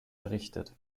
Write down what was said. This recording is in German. errichtet